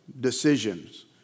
decisions